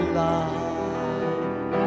life